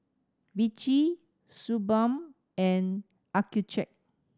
Vichy Suu Balm and Accucheck